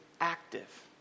active